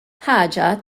ħaġa